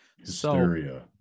Hysteria